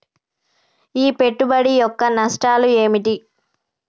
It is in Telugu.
ఈ పెట్టుబడి యొక్క నష్టాలు ఏమిటి?